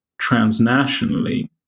transnationally